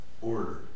order